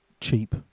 cheap